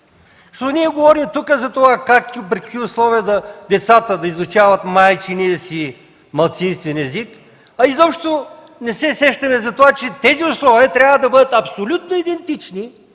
Ние говорим как и при какви условия децата да изучават майчиния си малцинствен език, а изобщо не се сещаме, че тези условия трябва да бъдат абсолютно идентични